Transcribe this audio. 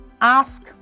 ask